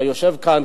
היושב כאן,